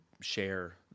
share